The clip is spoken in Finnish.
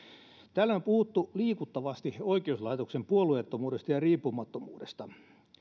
on puhuttu liikuttavasti oikeuslaitoksen puolueettomuudesta ja riippumattomuudesta